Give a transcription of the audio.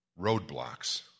roadblocks